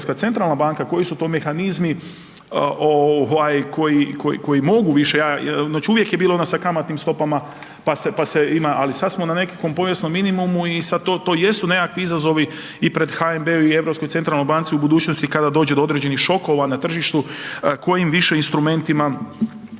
koji su to mehanizmi koji mogu više. Znači uvijek je bilo sa kamatnim stopama pa se ima, ali sada smo na nekakvom povijesnom minimumu i sada to jesu nekakvi izazovi i pred HNB-om i pred Europskom centralnom bankom u budućnosti kada dođe do određeni šokova na tržištu kojim više instrumentima